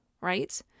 right